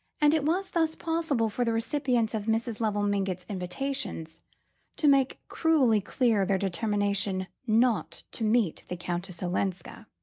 and it was thus possible for the recipients of mrs. lovell mingott's invitations to make cruelly clear their determination not to meet the countess olenska.